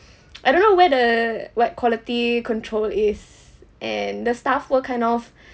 I don't know where the like quality control is and the staff were kind of